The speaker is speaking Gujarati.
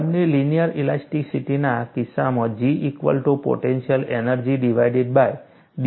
તમને લિનિયર ઇલાસ્ટિસિટીના કિસ્સામાં G equal to potential energy divided by da મળ્યું છે